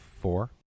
four